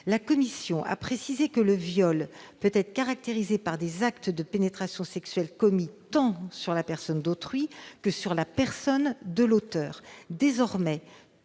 La commission a précisé que le viol pouvait être caractérisé par des actes de pénétration sexuels commis, tant sur la personne d'autrui que sur la personne de l'auteur. Désormais,